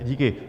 Díky.